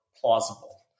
plausible